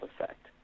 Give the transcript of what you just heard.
effect